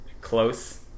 Close